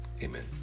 Amen